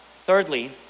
Thirdly